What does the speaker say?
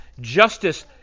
justice